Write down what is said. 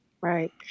right